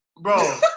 Bro